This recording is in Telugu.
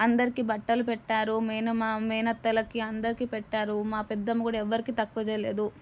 అందరికి బట్టలు పెట్టారు మేనమామ మేనత్తలకి అందరికి పెట్టారు మా పెద్దమ్మ కూడా ఎవరికీ తక్కువ చేయలేదు